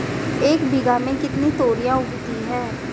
एक बीघा में कितनी तोरियां उगती हैं?